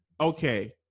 okay